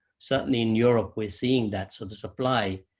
certainly in europe, we're seeing that. so the supply,